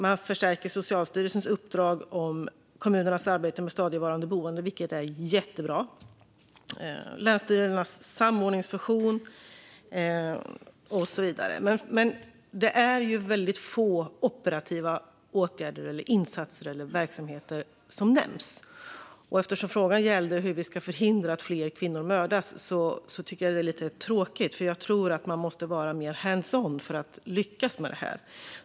Man förstärker Socialstyrelsens uppdrag och kommunernas arbete med stadigvarande boende, vilket är jättebra. Det handlar även om länsstyrelsernas samordningsfunktion och så vidare. Det är dock få operativa åtgärder, insatser eller verksamheter som nämns. Frågan gällde hur vi ska förhindra att fler kvinnor mördas, och jag tror att vi måste vara mer hands-on för att lyckas.